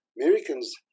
Americans